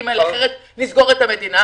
ימשיכו לפעול כי אחרת נסגור את המדינה,